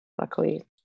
luckily